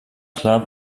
klar